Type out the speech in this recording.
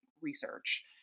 research